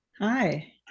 Hi